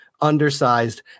undersized